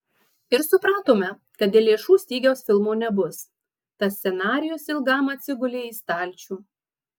ir supratome kad dėl lėšų stygiaus filmo nebus tad scenarijus ilgam atsigulė į stalčių